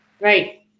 Right